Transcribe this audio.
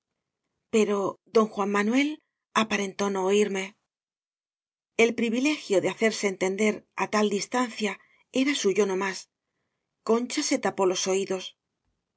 pero don juan manuel aparentó no oirme el privilegio de hacerse entender á tal dis tancia era suyo no más concha se tapó los oídos